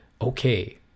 okay